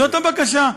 זאת הבקשה.